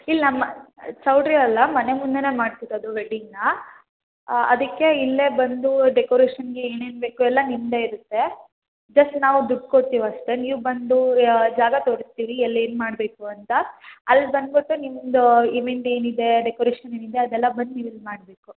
ಇಲ್ಲಿ ನಮ್ಮ ಚೌಲ್ಟ್ರಿ ಅಲ್ಲ ಮನೆ ಮುಂದೆಯೇ ಮಾಡ್ತಿರೋದು ವೆಡ್ಡಿಂಗ್ನಾ ಅದಕ್ಕೆ ಇಲ್ಲೇ ಬಂದು ಡೆಕೋರೇಷನ್ಗೆ ಏನೇನು ಬೇಕು ಎಲ್ಲ ನಿಮ್ಮದೇ ಇರುತ್ತೆ ಜಸ್ಟ್ ನಾವು ದುಡ್ಡು ಕೊಡ್ತೇವೆ ಅಷ್ಟೆ ನೀವು ಬಂದು ಯಾ ಜಾಗ ತೋರಿಸ್ತೀರಿ ಎಲ್ಲಿ ಏನುಮಾಡ್ಬೇಕು ಅಂತ ಅಲ್ಲಿ ಬಂದ್ಬಿಟ್ಟು ನಿಮ್ದು ಇವೆಂಟ್ ಏನು ಇದೆ ಡೆಕೋರೇಷನ್ ಏನು ಇದೆ ಅದೆಲ್ಲ ಬಂದು ನೀವು ಇಲ್ಲಿ ಮಾಡಬೇಕು